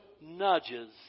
nudges